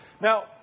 Now